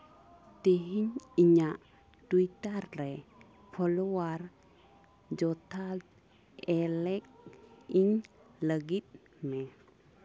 ᱛᱮᱦᱮᱧ ᱤᱧᱟᱹᱜ ᱴᱩᱭᱴᱟᱨ ᱨᱮ ᱯᱷᱚᱞᱳᱣᱟᱨ ᱡᱚᱛᱷᱟᱛ ᱮᱞᱮᱠ ᱤᱧ ᱞᱟᱹᱜᱤᱫ ᱢᱮ